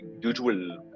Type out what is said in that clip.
usual